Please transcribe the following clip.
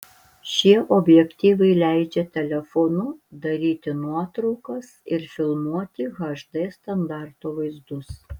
šie objektyvai leidžia telefonu daryti nuotraukas ir filmuoti hd standarto vaizdus